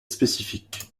spécifique